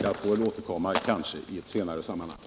Jag får återkomma i ett senare sammanhang.